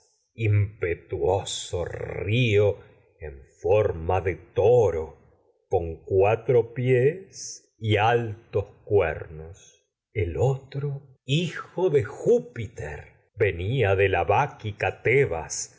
impetuoso cuernos forma de toro cuatro pies y altos el otro hijo de júpiter venía de la báquica tebas